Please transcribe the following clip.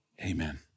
amen